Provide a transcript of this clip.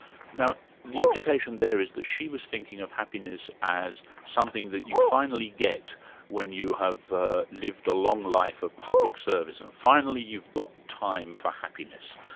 now the implication there is that she was thinking of happiness as something that you finally get when you have ah lived a long life of public service, and finally you've got time for happiness.